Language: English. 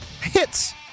Hits